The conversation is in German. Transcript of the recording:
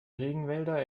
regenwälder